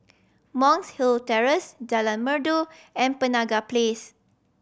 Monk's Hill Terrace Jalan Merdu and Penaga Place